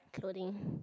clothing